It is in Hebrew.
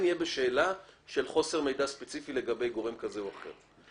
נהיה בשאלה של חוסר מידע ספציפי לגבי גורם כזה או אחר.